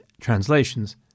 translations